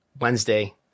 Wednesday –